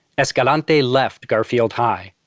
escalante left garfield high.